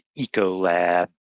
EcoLab